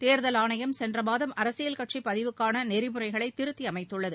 தேர்தல் ஆணையம் சென்ற மாதம் அரசியல் கட்சி பதிவுக்கான நெறிமுறைகளை திருத்தி அமைத்துள்ளது